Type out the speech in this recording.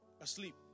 asleep